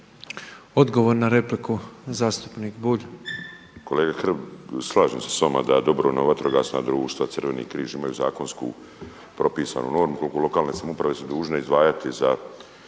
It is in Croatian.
Odgovor na repliku zastupnik Bulj. **Bulj, Miro (MOST)** Kolega Hrg, slažem se s vama da dobrovoljna vatrogasna društva, Crveni križ imaju zakonsku propisanu normu koliko lokalne samouprave su dužne izdvajati za